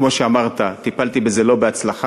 כמו שאמרת, טיפלתי בזה לא בהצלחה.